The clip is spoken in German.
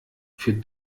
für